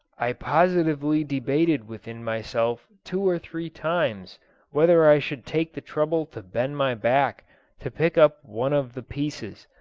i positively debated within myself two or three times whether i should take the trouble to bend my back to pick up one of the pieces,